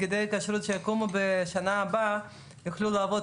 תאגידי הכשרות שיקומו בשנה הבאה יוכלו לעבוד